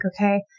okay